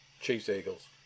Chiefs-Eagles